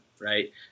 Right